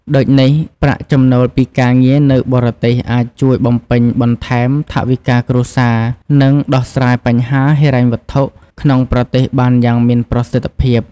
ដូចនេះ ប្រាក់ចំណូលពីការងារនៅបរទេសអាចជួយបំពេញបន្ថែមថវិកាគ្រួសារ និងដោះស្រាយបញ្ហាហិរញ្ញវត្ថុក្នុងប្រទេសបានយ៉ាងមានប្រសិទ្ធភាព។